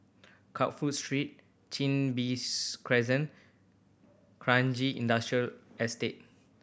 Crawford Street Chin Bees Crescent Kranji Industrial Estate